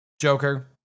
Joker